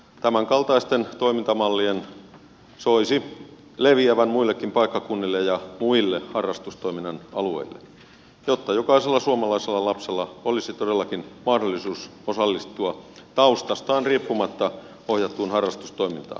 tämänkaltaisten toimintamallien soisi leviävän muillekin paikkakunnille ja muille harrastustoiminnan alueille jotta jokaisella suomalaisella lapsella olisi todellakin mahdollisuus osallistua taustastaan riippumatta ohjattuun harrastustoimintaan